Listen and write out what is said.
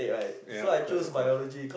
ya of course of course